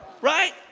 Right